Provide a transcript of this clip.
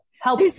Help